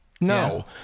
no